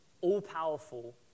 all-powerful